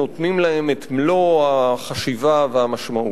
נותנים להן את מלוא החשיבה והמשמעות.